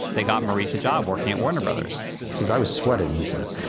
they got maurice a job working at warner brothers says i was sweating, he said.